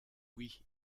oui